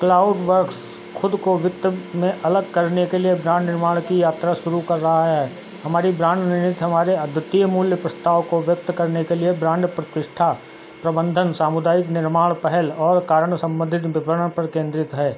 CloudWorks ख़ुद को वित्त में अलग करने के लिए ब्रांड निर्माण की यात्रा शुरू कर रहा है हमारी ब्रांड रणनीति हमारे अद्वितीय मूल्य प्रस्ताव को व्यक्त करने के लिए ब्रांड प्रतिष्ठा प्रबंधन सामुदायिक निर्माण पहल और कारण संबंधित विपणन पर केंद्रित है